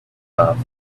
off